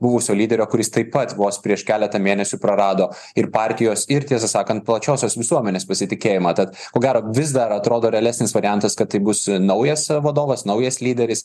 buvusio lyderio kuris taip pat vos prieš keletą mėnesių prarado ir partijos ir tiesą sakant plačiosios visuomenės pasitikėjimą tad ko gero vis dar atrodo realesnis variantas kad tai bus naujas vadovas naujas lyderis